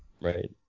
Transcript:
right